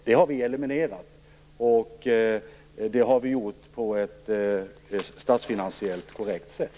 Det har vi eliminerat, och vi har gjort det på ett statsfinansiellt korrekt sätt.